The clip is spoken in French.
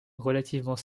relativement